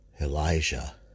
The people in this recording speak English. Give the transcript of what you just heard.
Elijah